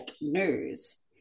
news